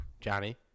Johnny